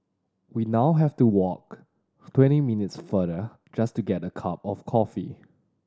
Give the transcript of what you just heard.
we now have to walk twenty minutes farther just to get a cup of coffee